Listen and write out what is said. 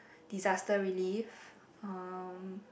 disaster relief um